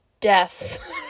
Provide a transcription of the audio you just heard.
death